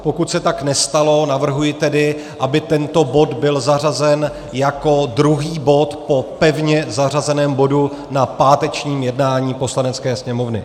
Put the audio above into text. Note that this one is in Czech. Pokud se tak nestalo, navrhuji tedy, aby tento bod byl zařazen jako druhý bod po pevně zařazeném bodu na pátečním jednání Poslanecké sněmovny.